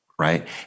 Right